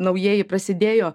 naujieji prasidėjo